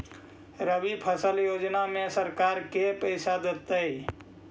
रबि फसल योजना में सरकार के पैसा देतै?